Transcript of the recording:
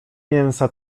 mięsa